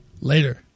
later